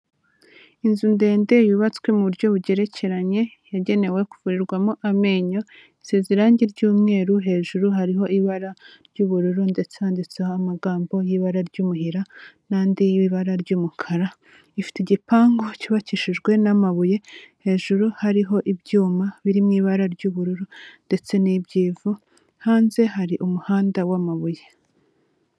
Inzu ndende yubatswe mu buryo bugerekeranye, yagenewe kuvurirwamo amenyo, isize irangi ry'umweru, hejuru hariho ibara ry'ubururu ndetse handitseho amagambo y'ibara ry'umuhira n'andi y'ibara ry'umukara, ifite igipangu cyubakishijwe n'amabuye, hejuru hariho ibyuma biri mu ibara ry'ubururu ndetse n'ibyivu, hanze hari umuhanda w'amabuye.